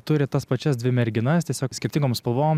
turi tas pačias dvi merginas tiesiog skirtingom spalvom